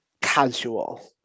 casual